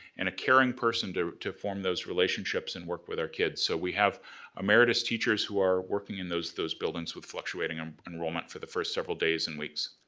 and a caring person to to form those relationships and work with our kids. so, we have emeritus teachers who are working in those those buildings with fluctuating um enrollment for the first several days and weeks.